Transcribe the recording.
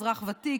אזרח ותיק,